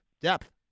depth